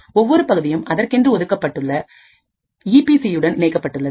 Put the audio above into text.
ஒவ்வொரு பகுதியும் அதற்கென்று ஒதுக்கப்பட்டுள்ள ஈ பிபிசியுடன் இணைக்கப்பட்டுள்ளது